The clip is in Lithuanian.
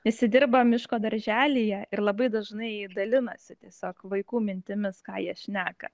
nes ji dirba miško darželyje ir labai dažnai dalinasi tiesiog vaikų mintimis ką jie šneka